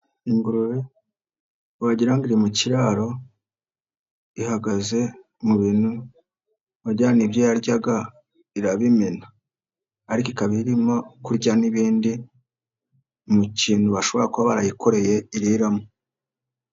Ingurube wagira ngo iri mu kiraro ihagaze mu bintu wagira ngo ni ibyo yaryaga irabimena ariko ikaba irimo kurya n'ibindi mu kintu bashobora kuba barayikoreye iriramo.